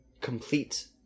complete